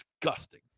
disgusting